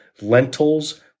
lentils